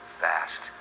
fast